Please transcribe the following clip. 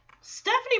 Stephanie